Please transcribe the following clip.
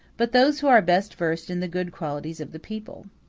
but those who are best versed in the good qualities of the people.